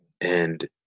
And-